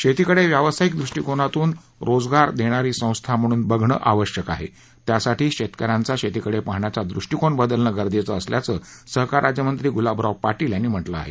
शेतीकडे व्यावसायीक दृष्टीकोनातून रोजगार देणारी संस्था म्हणून बघणं आवश्यक आहे त्यासाठी शेतकऱ्यांचा शेतीकडे पाहण्याचा दृष्टीकोन बदलणं गरजेचं असल्याचं सहकार राज्यमंत्री गुलाबराव पाटील यांनी म्हटलं आहे